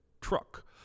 truck